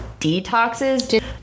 detoxes